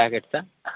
ప్యాకెట్సా